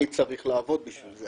אני צריך לעבוד בשביל זה.